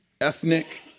ethnic